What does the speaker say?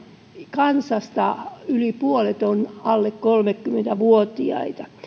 kansasta yli puolet on alle kolmekymmentä vuotiaita